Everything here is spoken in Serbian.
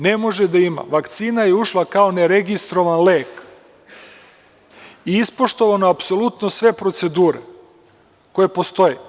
Ne može da ima, vakcina je ušla kao neregistrovan lek i ispoštovana apsolutno sve procedure koje postoje.